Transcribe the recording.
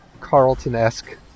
Carlton-esque